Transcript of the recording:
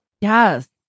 Yes